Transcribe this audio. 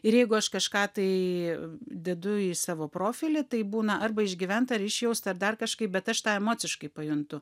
ir jeigu aš kažką tai dedu į savo profilį tai būna arba išgyventa išjausta ar dar kažkaip bet aš tą emociškai pajuntu